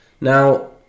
Now